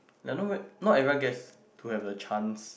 and not not everyone guess to have the chance